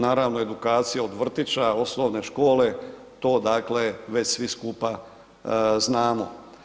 Naravno edukacija od vrtića, osnovne škole to dakle već svi skupa znamo.